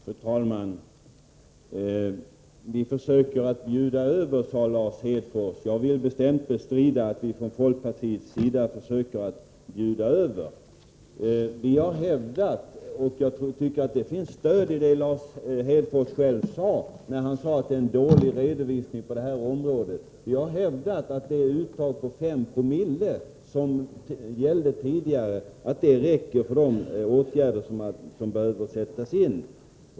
Fru talman! Lars Hedfors sade att vi försöker bjuda över. Jag vill bestämt bestrida att vi från folkpartiets sida försöker göra detta. Vi har hävdat — och jag tycker att det finns stöd för detta i Lars Hedfors uttalande, att det är en dålig redovisning på det här området — att det uttag på So som tidigare gällde, räcker för de åtgärder som behöver sättas in.